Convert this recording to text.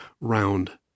round